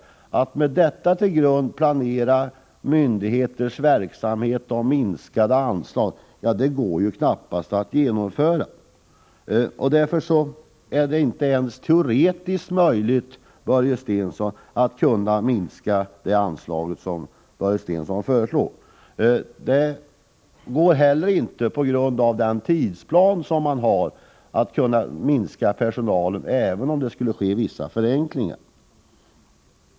Att med detta som grund planera myndigheters verksamhet och minskade anslag är knappast genomförbart. Därför är det inte ens teoretiskt möjligt att minska detta anslag, som Börje Stensson föreslår. Det är inte heller möjligt på grund av tidsplanen för personalminskningar, även om det skulle ske vissa förenklingar.